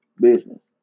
business